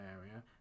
area